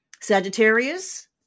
Sagittarius